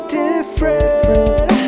different